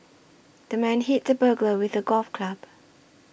the man hit the burglar with a golf club